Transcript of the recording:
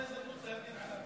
אדוני היו"ר, כנסת נכבדה,